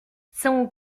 son